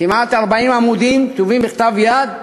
כמעט 40 עמודים כתובים בכתב יד.